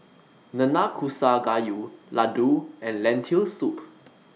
Nanakusa Gayu Ladoo and Lentil Soup